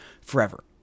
forever